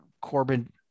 Corbin